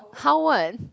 how what